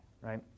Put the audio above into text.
right